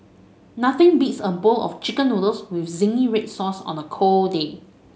nothing beats a bowl of Chicken Noodles with zingy red sauce on a cold day